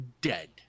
dead